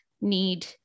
need